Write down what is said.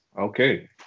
okay